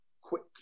quick